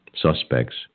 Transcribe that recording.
suspects